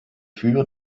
für